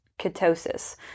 ketosis